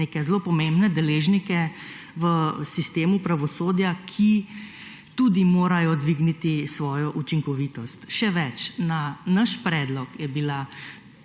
neke zelo pomembne deležnike v sistemu pravosodja, ki tudi morajo dvigniti svojo učinkovitost, še več. Na naš predlog je bila